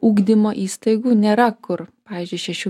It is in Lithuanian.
ugdymo įstaigų nėra kur pavyzdžiui šešių